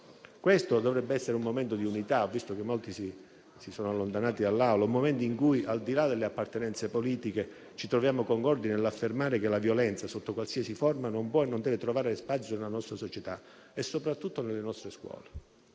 Questo dovrebbe essere un momento di unità - ho visto che molti si sono allontanati dall'Aula - un momento in cui, al di là delle appartenenze politiche, ci troviamo concordi nell'affermare che la violenza, sotto qualsiasi forma, non può e non deve trovare spazio nella nostra società e soprattutto nelle nostre scuole.